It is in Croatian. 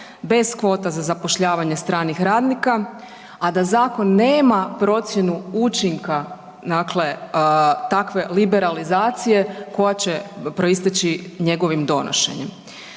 bez kvota za zapošljavanje stranih radnika a da zakon nema procjenu učinka dakle takve liberalizacije koja će proisteći njegovim donošenjem.